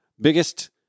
biggest